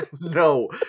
No